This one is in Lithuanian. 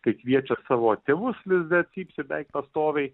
kai kviečia savo tėvus lizde cypsi beveik pastoviai